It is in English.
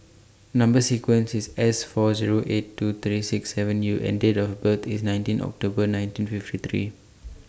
Number sequence IS S four Zero eight two three six seven U and Date of birth IS nineteen October nineteen fifty three